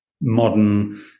modern